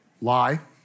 lie